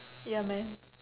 ya man